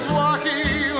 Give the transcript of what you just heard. walking